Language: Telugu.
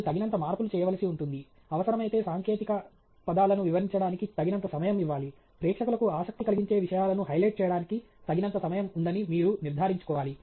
మీరు తగినంత మార్పులు చేయవలసి ఉంటుంది అవసరమైతే సాంకేతిక పదాలను వివరించడానికి తగినంత సమయం ఇవ్వాలి ప్రేక్షకులకు ఆసక్తి కలిగించే విషయాలను హైలైట్ చేయడానికి తగినంత సమయం ఉందని మీరు నిర్ధారించుకోవాలి